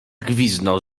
gwizdnął